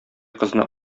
кызны